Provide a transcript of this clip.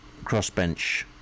crossbench